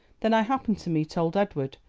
then i happened to meet old edward,